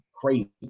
crazy